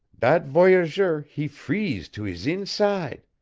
dat voyageur, he freeze to hees inside.